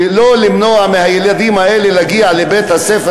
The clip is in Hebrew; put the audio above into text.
שלא למנוע מהילדים האלה להגיע לבית-הספר